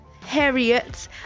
Harriet